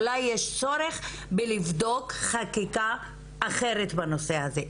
אולי יש צורך בלבדוק חקיקה אחרת בנושא הזה.